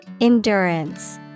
Endurance